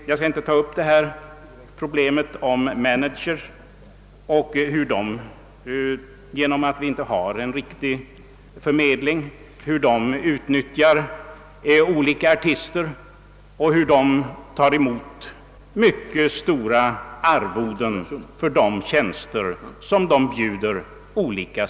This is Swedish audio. Sedan skall jag inte ta upp problemet med managers och hur de på grund av att vi inte har någon riktig förmedling utnyttjar olika artister och tar mycket stora arvoden för de tjänster de bjuder dem.